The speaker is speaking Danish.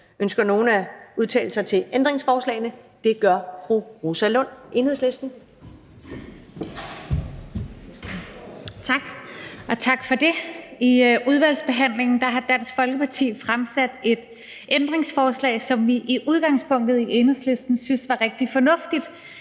Ønsker nogen at udtale sig? Det gør fru Rosa Lund, Enhedslisten. Kl. 16:15 (Ordfører) Rosa Lund (EL): Tak for det. I udvalgsbehandlingen har Dansk Folkeparti stillet et ændringsforslag, som vi i udgangspunktet i Enhedslisten synes er rigtigt fornuftigt,